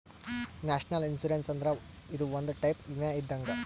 national insurance ಅಂದ್ರ ಇದು ಒಂದ್ ಟೈಪ್ ವಿಮೆ ಇದ್ದಂಗ್